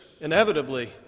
inevitably